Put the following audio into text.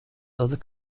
other